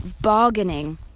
bargaining